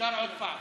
אפשר עוד פעם,